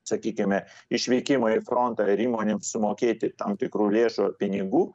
sakykime išvykimą į frontą ir įmonėms sumokėti tam tikrų lėšų ar pinigų